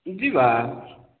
ଯିବା